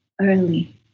early